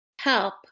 help